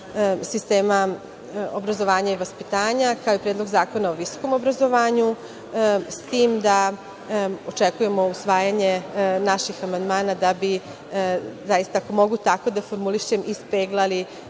sistema obrazovanja i vaspitanja, kao i Predlog zakona o visokom obrazovanju, s tim da očekujemo usvajanje naših amandmana da bi, ako mogu tako da formulišem, ispeglali